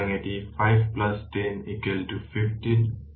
সুতরাং এটি 510 15 Ω